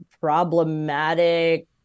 problematic